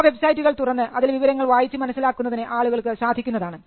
ആ വെബ്സൈറ്റുകൾ തുറന്നു അതിലെ വിവരങ്ങൾ വായിച്ചു മനസ്സിലാക്കുന്നതിന് ആളുകൾക്ക് സാധിക്കുന്നതാണ്